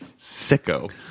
sicko